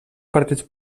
partits